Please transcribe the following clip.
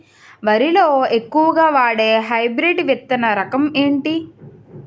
వరి లో ఎక్కువుగా వాడే హైబ్రిడ్ విత్తన రకం ఏంటి?